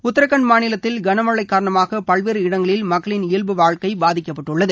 உத்தரகாண்ட் மாநிலத்தில் கனமழை காரணமாக பல்வேறு இடங்களில் மக்களின் இயல்பு வாழ்க்கை பாதிக்கப்பட்டுள்ளது